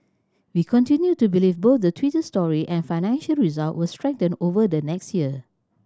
we continue to believe both the Twitter story and financial result will strengthen over the next year